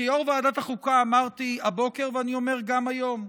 כיו"ר ועדת החוקה אמרתי הבוקר, ואני אומר גם היום,